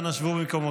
אנא שבו במקומותיכם.